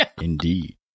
Indeed